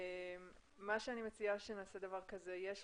יישר כוח ליועצת המשפטית.